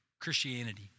Christianity